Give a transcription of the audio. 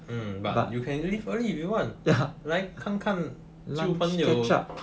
hmm but you can leave early if you want 来看看旧朋友